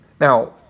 Now